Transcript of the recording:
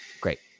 Great